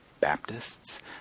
Baptists